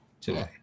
today